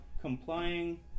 complying